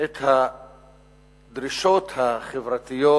את הדרישות החברתיות